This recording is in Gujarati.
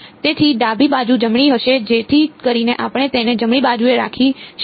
તેથી ડાબી બાજુ જમણી હશે જેથી કરીને આપણે તેને જમણી બાજુએ રાખી શકીએ